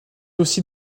aussi